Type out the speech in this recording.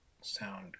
sound